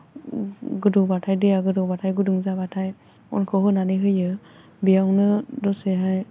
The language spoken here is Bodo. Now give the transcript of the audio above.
गोदौबाथाय दैया गोदौबाथाय गुदुं जाबाथाय अनखौ होनानै होयो बेयावनो दसेहाय